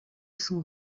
son